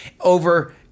over